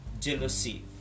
jealousy